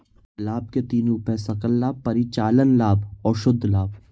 लाभ के तीन रूप हैं सकल लाभ, परिचालन लाभ और शुद्ध लाभ